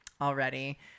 already